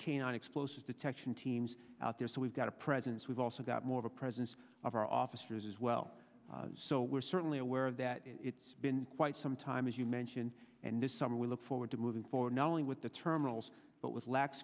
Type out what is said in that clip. canine explosive detection teams out there so we've got a presence we've also got more of a presence of our officers as well so we're certainly aware that it's been quite some time as you mentioned and this summer we look forward to moving forward knowing with the terminals but with lax